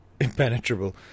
impenetrable